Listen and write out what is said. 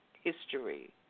history